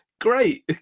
Great